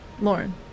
Lauren